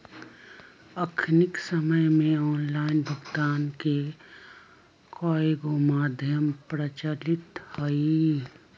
अखनिक समय में ऑनलाइन भुगतान के कयगो माध्यम प्रचलित हइ